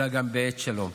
אלא גם בעת שלום.